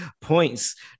points